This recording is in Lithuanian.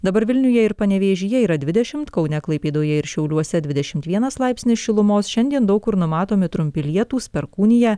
dabar vilniuje ir panevėžyje yra dvidešimt kaune klaipėdoje ir šiauliuose dvidešimt vienas laipsnį šilumos šiandien daug kur numatomi trumpi lietūs perkūnija